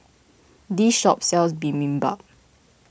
this shop sells Bibimbap